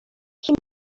kim